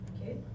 okay